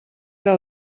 era